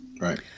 right